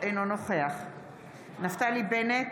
אינו נוכח נפתלי בנט,